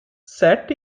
set